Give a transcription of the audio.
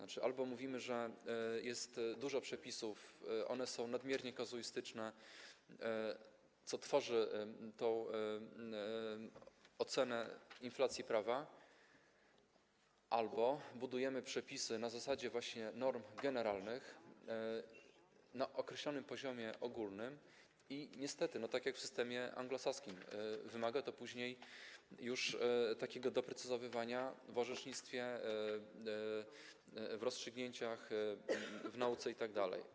Albo mówimy, że jest dużo przepisów, one są nadmiernie kazuistyczne, co tworzy tę ocenę inflacji prawa, albo budujemy przepisy na zasadzie norm generalnych, na określonym poziomie ogólnym, i niestety, tak jak w systemie anglosaskim, wymaga to później doprecyzowania w orzecznictwie, w rozstrzygnięciach, w nauce itd.